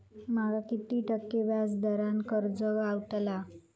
माका किती टक्के व्याज दरान कर्ज गावतला?